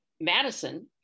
Madison